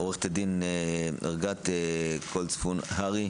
עו"ד ערגת כל צפון הר"י,